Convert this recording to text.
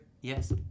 Yes